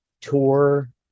tour